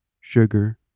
sugar